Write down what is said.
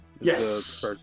Yes